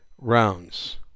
rounds